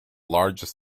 largest